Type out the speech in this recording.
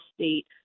state